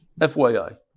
FYI